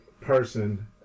person